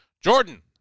Jordan